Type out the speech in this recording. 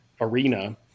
arena